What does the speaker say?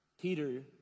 Peter